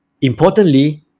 Importantly